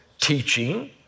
teaching